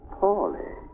Paulie